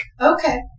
Okay